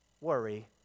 worry